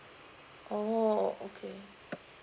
oh okay